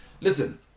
listen